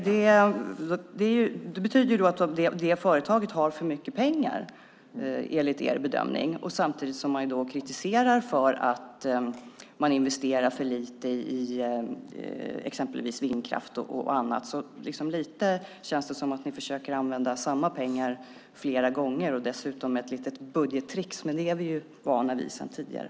Det betyder ju att det företaget har för mycket pengar, enligt er bedömning. Samtidigt kritiserar man att det investeras för lite i vindkraft och annat. Det känns som om ni försöker använda samma pengar flera gånger. Dessutom är det ett litet budgettrick, men det är vi ju vana vid sedan tidigare.